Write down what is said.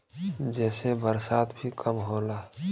जेसे बरसात भी कम होला